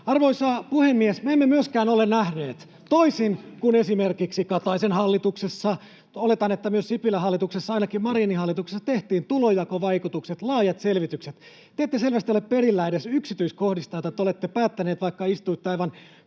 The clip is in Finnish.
Arvoisa puhemies! Me emme myöskään ole nähneet, että olisi tehty — toisin kuin esimerkiksi Kataisen hallituksessa, oletan, että myös Sipilän hallituksessa, ja ainakin Marinin hallituksessa tehtiin — tulonjakovaikutukset, laajat selvitykset. Te ette selvästi ole perillä edes yksityiskohdista, joita te olette päättäneet, vaikka istuitte aivan